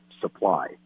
supply